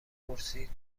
پرسید